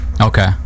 Okay